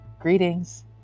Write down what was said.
Greetings